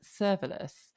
Serverless